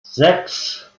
sechs